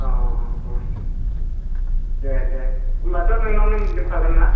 दे दे होनबाथ' नोंनाव मोनजोबखागोन ना